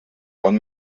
bon